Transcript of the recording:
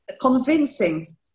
convincing